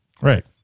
right